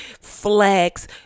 Flex